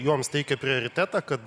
joms teikia prioritetą kad